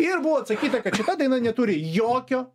ir buvo atsakyta kad šita daina neturi jokio